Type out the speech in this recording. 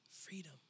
freedom